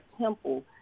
temple